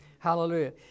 Hallelujah